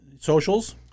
Socials